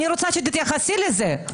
אני רוצה שתתייחסי לזה.